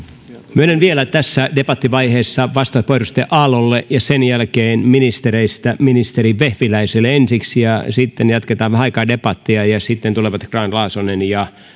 myönnän vielä tässä debattivaiheessa vastauspuheenvuoron edustaja aallolle ja sen jälkeen ministereistä ministeri vehviläiselle ensiksi ja sitten jatketaan vähän aikaa debattia ja sitten tulevat grahn laasonen